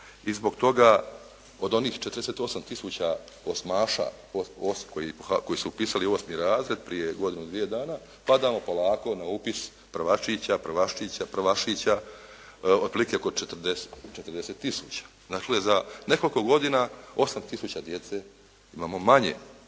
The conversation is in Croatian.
i zbog toga od onih 48000 osmaša koji su upisali osmi razred prije godinu, dvije dana padamo polako na upis prvačića, prvaščića, prvašića otprilike 40000. Dakle, za nekoliko godina 8000 djece imamo manje